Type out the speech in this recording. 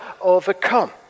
overcome